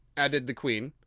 added the queen.